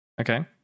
Okay